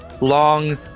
long